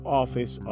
office